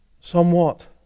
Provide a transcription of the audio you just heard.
somewhat